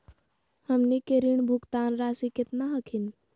हमनी के ऋण भुगतान रासी केतना हखिन?